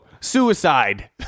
Suicide